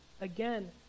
Again